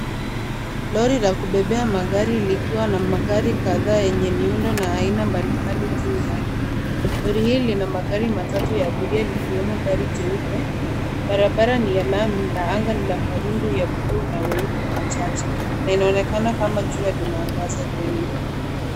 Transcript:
Lori la kubebea magari likiwa na magari kadhaa yenye miundo na aina mbalimbali juu yake. Gari hili lina magari matatu ya abiria likiwemo gari jeupe. Barabara ni ya lami na anga ni la mawingu ya bluu na meupe machache na inaonekana kama jua linaangaza vyema.